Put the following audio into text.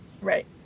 Right